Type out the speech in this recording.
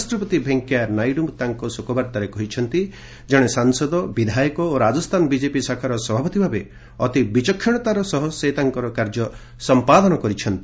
ଉପରାଷ୍ଟ୍ରପତି ଭେଙ୍କିୟା ନାଇଡୁ ତାଙ୍କ ଶୋକବାର୍ତ୍ତାରେ କହିଛନ୍ତି ଜଣେ ସାଂସଦ ବିଧାୟକ ଓ ରାଜସ୍ଥାନ ବିଜେପି ଶାଖାର ସଭାପତି ଭାବେ ଅତି ବିଚକ୍ଷଣତାର ସହ ସେ ତାଙ୍କର କାର୍ଯ୍ୟ ସମ୍ପାଦନ କରିଛନ୍ତି